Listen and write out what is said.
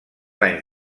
anys